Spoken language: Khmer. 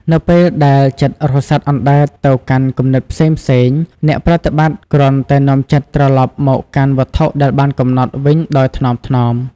នៅពេលដែលចិត្តរសាត់អណ្ដែតទៅកាន់គំនិតផ្សេងៗ អ្នកប្រតិបត្តិគ្រាន់តែនាំចិត្តត្រឡប់មកកាន់វត្ថុដែលបានកំណត់វិញដោយថ្នមៗ។